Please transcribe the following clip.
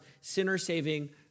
sinner-saving